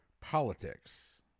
politics